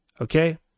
Okay